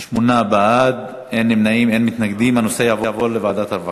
ההצעה להעביר את הנושא לוועדת העבודה,